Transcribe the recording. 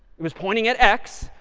it was pointing at x.